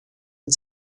and